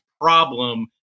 problem